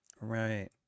Right